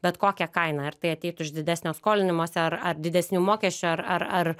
bet kokia kaina ar tai ateitų iš didesnio skolinimosi ar ar didesnių mokesčių ar ar ar